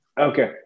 Okay